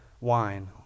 wine